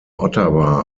ottawa